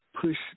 push